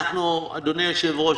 אדוני היושב-ראש,